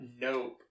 Nope